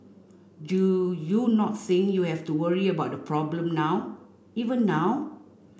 do you not think you have to worry about the problem now even now